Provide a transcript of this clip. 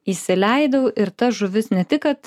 įsileidau ir ta žuvis ne tik kad